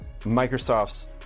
Microsoft's